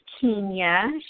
Kenya